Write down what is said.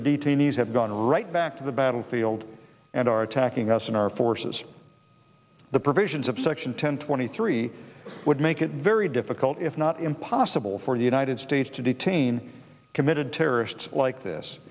the detainees have gone right back to the battlefield and are attacking us in our forces the provisions of section ten twenty three would make it very difficult if not impossible for the united states to detain committed terrorists like this